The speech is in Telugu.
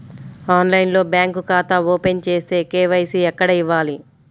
ఆన్లైన్లో బ్యాంకు ఖాతా ఓపెన్ చేస్తే, కే.వై.సి ఎక్కడ ఇవ్వాలి?